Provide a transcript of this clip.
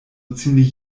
ziemlich